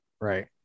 right